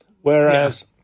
Whereas